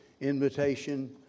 invitation